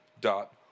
dot